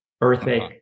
earthquake